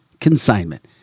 Consignment